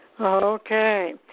Okay